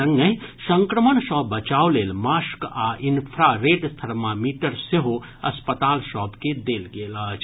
संगहि संक्रमण सँ बचाव लेल मारक आ इन्फ्रारेड थर्मामीटर सेहो अस्पताल सभ के देल गेल अछि